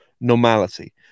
Normality